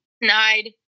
denied